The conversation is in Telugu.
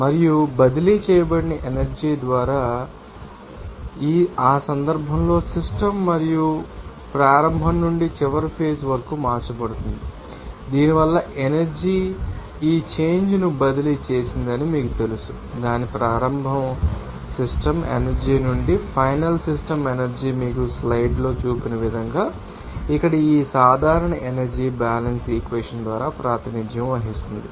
మరియు బదిలీ చేయబడిన ఎనర్జీ ద్వారా మీకు పని తెలుసు ఆ సందర్భంలో సిస్టమ్ మరియు ఇది ప్రారంభ నుండి చివరి ఫేజ్ కు మార్చబడుతుంది మరియు దీనివల్ల ఎనర్జీ ఈ చేంజ్ ను బదిలీ చేసిందని మీకు తెలుసు దాని ప్రారంభ సిస్టమ్ ఎనర్జీ నుండి ఫైనల్ సిస్టమ్ ఎనర్జీ మీకు తెలుసు స్లైడ్లలో చూపిన విధంగా ఇక్కడ ఈ సాధారణ ఎనర్జీ బ్యాలెన్స్ ఈక్వెషన్ ద్వారా ప్రాతినిధ్యం వహిస్తుంది